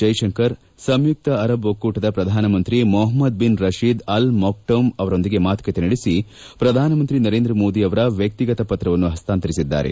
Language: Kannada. ಜೈಶಂಕರ್ ಸಂಯುಕ್ತ ಅರಬ್ ಒಕ್ಕೂಟದ ಪ್ರಧಾನಮಂತಿ Mohammed bin Rashid Al Maktoum ಅವರೊಂದಿಗೆ ಮಾತುಕತೆ ನಡೆಸಿ ಪ್ರಧಾನಮಂತ್ರಿ ನರೇಂದ್ರ ಮೋದಿ ಅವರ ವ್ಯಕ್ತಿಗತ ಪತ್ರವನ್ನು ಹಸ್ತಾಂತರಿಸಿದ್ದಾರೆ